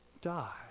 die